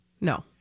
No